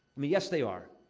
mean, yes, they are.